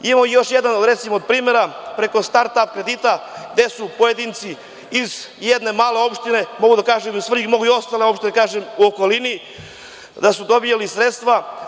Imamo još jedan primer, preko start ap kredita, gde su pojedinci iz jedne male opštine, mogu da kažem Svrljig, mogu i ostale opštine da kažem u okolini, da su dobijali sredstva.